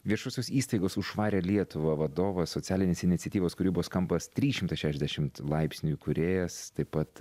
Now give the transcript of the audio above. viešosios įstaigos už švarią lietuvą vadovas socialinės iniciatyvos kūrybos kampas tris šimtai šešiasdešimt laipsnių įkūrėjas taip pat